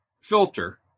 filter